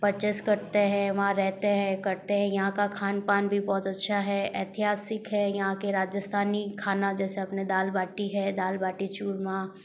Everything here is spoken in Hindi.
परचेस करते हैं वहाँ रहते हैं करते हैं यहाँ का खान पान भी बहुत अच्छा है ऐतिहासिक है यहाँ के राजस्थानी खाना जैसे अपने दाल बाटी है दाल बाटी चूरमा